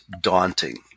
daunting